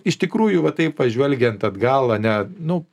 iš tikrųjų va taip pažvelgiant atgal ane nu